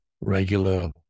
regular